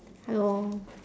hello